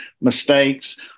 mistakes